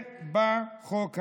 בא חוק עזר,